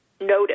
notice